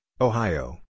Ohio